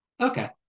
Okay